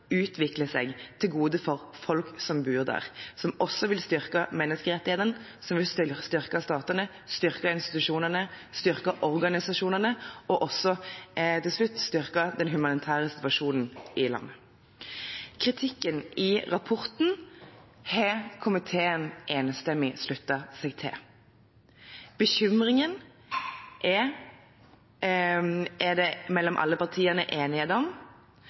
seg til beste for folk som bor der, som også vil styrke menneskerettighetene, som vil styrke statene, styrke institusjonene, styrke organisasjonene og også – til slutt – styrke den humanitære situasjonen i landet. Kritikken i rapporten har komiteen enstemmig sluttet seg til. Bekymringen er det enighet om i alle partiene. Det er viktig for alle partiene